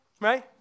right